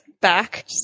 back